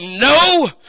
no